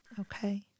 Okay